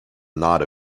not